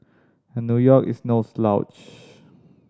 and New York is no slouch